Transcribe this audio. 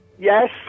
Yes